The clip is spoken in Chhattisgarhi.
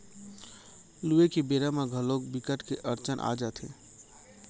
लूए के बेरा म घलोक बिकट के अड़चन आ जाथे